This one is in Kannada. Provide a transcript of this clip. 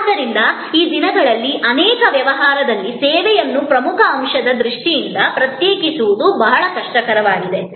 ಆದ್ದರಿಂದ ಈ ದಿನಗಳಲ್ಲಿ ಅನೇಕ ವ್ಯವಹಾರಗಳಲ್ಲಿ ಸೇವೆಯನ್ನು ಪ್ರಮುಖ ಅಂಶದ ದೃಷ್ಟಿಯಿಂದ ಪ್ರತ್ಯೇಕಿಸುವುದು ಬಹಳ ಕಷ್ಟಕರವಾಗಿದೆ